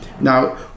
Now